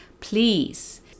please